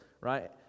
right